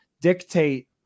dictate